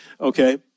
okay